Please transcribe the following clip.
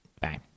Bye